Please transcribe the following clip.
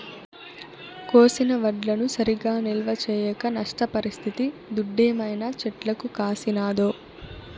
కోసిన వడ్లను సరిగా నిల్వ చేయక నష్టపరిస్తిది దుడ్డేమైనా చెట్లకు కాసినాదో